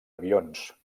avions